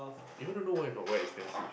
you want to know why not why expensive